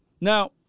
Now